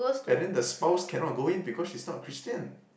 and then the spouse cannot go in because she's not Christian